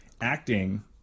acting